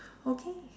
okay